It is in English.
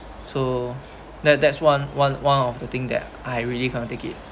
so that that's one one one of the thing that I really cannot take it